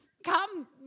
Come